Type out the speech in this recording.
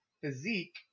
physique